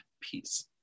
peace